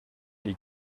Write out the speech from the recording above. les